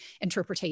interpretation